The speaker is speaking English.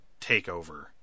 takeover